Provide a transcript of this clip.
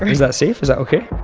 is that safe? is that ok?